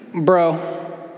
bro